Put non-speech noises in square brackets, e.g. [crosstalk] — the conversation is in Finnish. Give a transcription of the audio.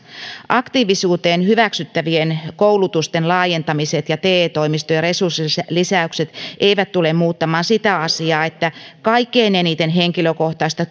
aktiivisuuteen hyväksyttävien koulutusten laajentamiset ja te toimistojen resurssilisäykset eivät tule muuttamaan sitä asiaa että kaikkein eniten henkilökohtaista [unintelligible]